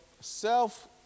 self